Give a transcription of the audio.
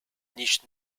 nicht